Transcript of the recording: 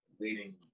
leading